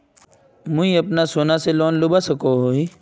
मुई अपना सोना से लोन लुबा सकोहो ही?